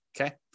okay